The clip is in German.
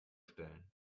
stellen